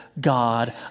God